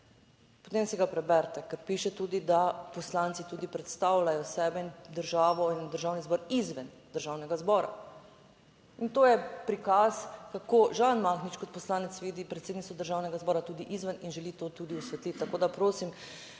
potem si ga preberite, ker piše tudi, da poslanci tudi predstavljajo sebe in državo in Državni zbor izven Državnega zbora. In to je prikaz, kako Žan Mahnič kot poslanec vidi predsednico Državnega zbora tudi izven in želi to tudi osvetliti.